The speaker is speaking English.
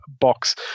box